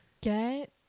get